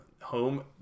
home